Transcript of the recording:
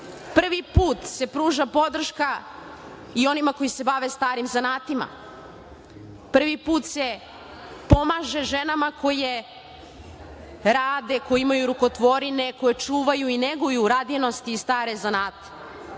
selu. Prvi put se pruža podrška i onima koji se bave starim zanatima. Prvi put se pomaže ženama koje rade, koje imaju rukotvorine, koje čuvaju i neguju radinost i stare zanate.